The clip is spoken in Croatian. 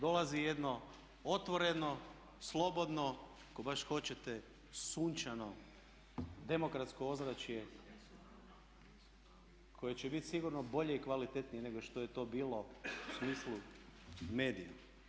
Dolazi jedno otvoreno, slobodno ako baš hoćete sunčano demokratsko ozračje koje će sigurno bit bolje i kvalitetnije nego što je to bilo u smislu medija.